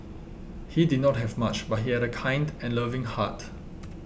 he did not have much but he had a kind and loving heart